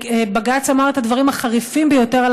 ובג"ץ אמר את הדברים החריפים ביותר על